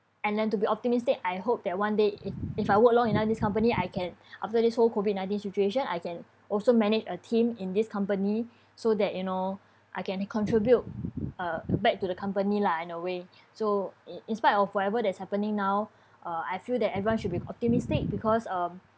and then to be optimistic I hope that one day if if I work long enough in this company I can after this whole COVID nineteen situation I can also manage a team in this company so that you know I can contribute uh back to the company lah in a way so i~ in spite of whatever that's happening now uh I feel that everyone should be optimistic because um